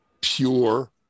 pure